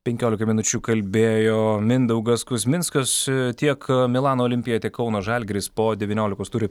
penkiolikai minučių kalbėjo mindaugas kuzminskas tiek milano olimpija tiek kauno žalgiris po devyniolikos turi